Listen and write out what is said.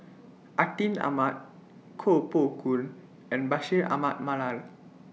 Atin Amat Koh Poh Koon and Bashir Ahmad Mallal